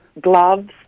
gloves